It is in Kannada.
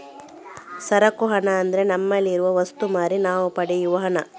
ಸರಕು ಹಣ ಅಂದ್ರೆ ನಮ್ಮಲ್ಲಿ ಇರುವ ವಸ್ತು ಮಾರಿ ನಾವು ಪಡೆಯುವ ಹಣ